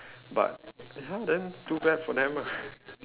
but ya then too bad for them ah